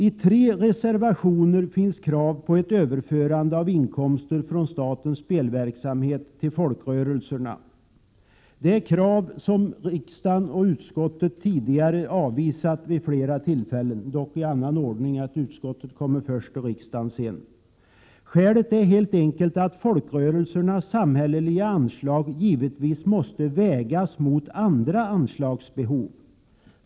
I tre reservationer finns krav på överförande av inkomster från statens spelverksamhet till folkrörelserna. Det är krav som utskottet och riksdagen tidigare avvisat vid flera tillfällen. Skälet är helt enkelt att folkrörelsernas samhälleliga anslag givetvis måste vägas mot andra anslagsbehov.